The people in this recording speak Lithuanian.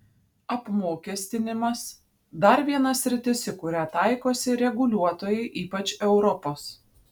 apmokestinimas dar viena sritis į kurią taikosi reguliuotojai ypač europos